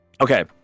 Okay